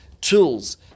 tools